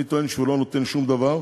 אני טוען שהוא לא נותן שום דבר.